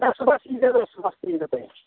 صُبحس یی زیو تُہۍ صُبحس یی زیو تُہۍ